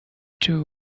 too